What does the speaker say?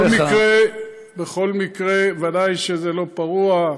בכל מקרה, ודאי שזה לא פרוע.